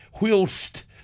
whilst